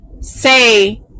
say